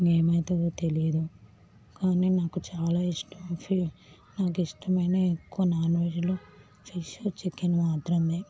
ఇంగ ఏమవుతుందో తెలియదు కానీ నాకు చాలా ఇష్టం నాకు ఇష్టమైనవి ఎక్కువ నాన్వెజ్లో ఫిష్ చికెను మాత్రమే